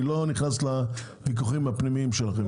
אני לא נכנס לוויכוחים הפנימיים שלכם.